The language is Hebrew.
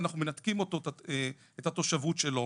אנחנו מנתקים את התושבות שלו,